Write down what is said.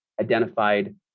identified